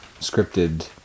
scripted